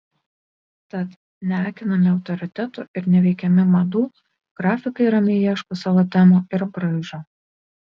tad neakinami autoritetų ir neveikiami madų grafikai ramiai ieško savo temų ir braižo